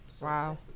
Wow